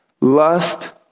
lust